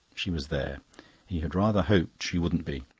she was there he had rather hoped she wouldn't be.